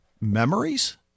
memories